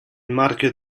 marchio